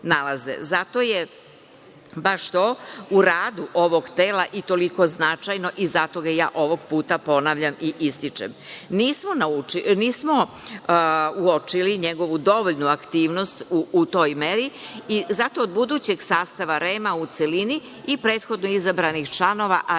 Zato je baš to u radu ovog tela i toliko značajno i zato ga ja ovog puta ponavljam i ističem. Nismo uočili njegovu dovoljnu aktivnost u toj meri i zato od budućeg sastava REM u celini i prethodno izabranih članova, ali